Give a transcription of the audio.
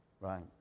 right